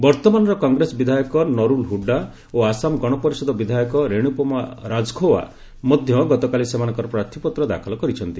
ବର୍ତ୍ତମାନର କଂଗ୍ରେସ ବିଧାୟକ ନୁରୁଲ୍ ହୁଡ୍ଡା ଓ ଆସାମ ଗଣପରିଷଦ ବିଧାୟକ ରେଣୁପମା ରାଜଖଓ୍ୱା ମଧ୍ୟ ଗତକାଲି ସେମାନଙ୍କର ପ୍ରାର୍ଥୀପତ୍ର ଦାଖଲ କରିଛନ୍ତି